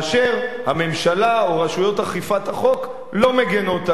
הממשלה או רשויות אכיפת החוק לא מגינות עליו.